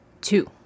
Two